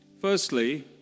Firstly